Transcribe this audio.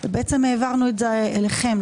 העברנו את זה אליכם,